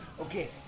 Okay